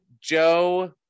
Joe